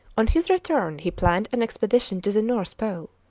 on his return he planned an expedition to the north pole.